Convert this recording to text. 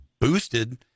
boosted